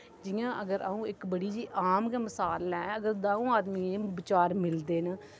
जि'यां अगर अ'ऊं इक बड़ी जेही आम गै मसाल लैं अगर द'ऊं आदमियें दे बचार मिलदे न